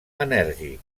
enèrgic